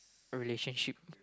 a relationship